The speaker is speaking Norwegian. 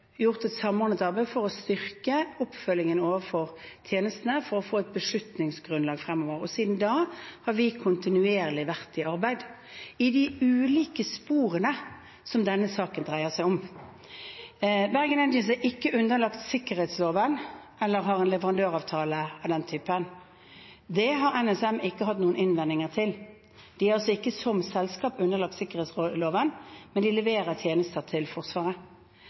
gjort et samordnet arbeid for å styrke oppfølgingen overfor tjenestene for å få et beslutningsgrunnlag fremover. Siden da har vi kontinuerlig vært i arbeid i de ulike sporene som denne saken dreier seg om. Bergen Engines er ikke underlagt sikkerhetsloven og har ikke noen leverandøravtale av den typen. Det har NSM ikke hatt noen innvendinger mot. De er altså ikke som selskap underlagt sikkerhetsloven, men de leverer tjenester til Forsvaret.